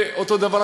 אותו הדבר,